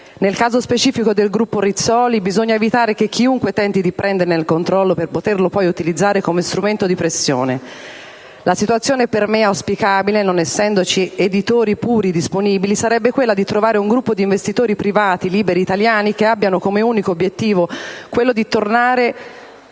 nel caso specifico del gruppo Rizzoli, bisogna evitare che chiunque tenti di prenderne il controllo per poterlo poi utilizzare come strumento di pressione. La situazione per me auspicabile, non essendoci editori puri disponibili, sarebbe quella di trovare un gruppo di investitori privati, liberi, italiani che abbiano come unico obiettivo quello di far tornare